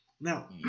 Now